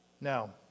Now